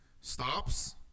stops